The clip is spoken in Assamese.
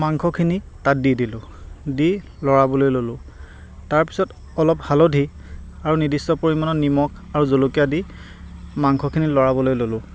মাংসখিনি তাত দি দিলোঁ দি লৰাবলৈ ললোঁ তাৰপিছত অলপ হালধি আৰু নিৰ্দিষ্ট পৰিমাণত নিমখ আৰু জলকীয়া দি মাংসখিনি লৰাবলৈ ললোঁ